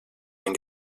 den